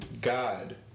God